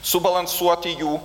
subalansuoti jų